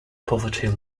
poverty